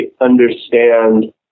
understand